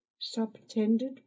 subtended